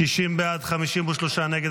60 בעד, 53 נגד.